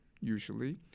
usually